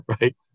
right